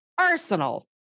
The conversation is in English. arsenal